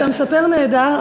כי אתה מספר נהדר,